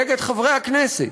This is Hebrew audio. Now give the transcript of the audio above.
נגד חברי הכנסת.